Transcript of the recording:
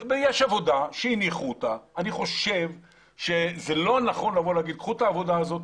יש עבודה שהניחו אותה ואני חושב שזה לא נכון לומר קחו את העבודה הזאת,